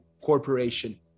corporation